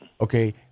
Okay